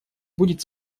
будет